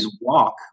walk